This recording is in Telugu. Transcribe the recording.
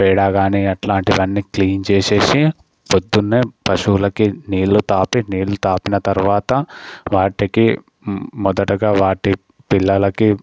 పేడ గానీ అట్లాంటివన్నీ క్లీన్ చేసేసి పొద్దున్నే పశువులకి నీళ్ళు తాపి నీళ్ళు తాపిన తరువాత వాటికి మ్ మొదటగా వాటి పిల్లలకి